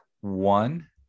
one